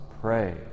pray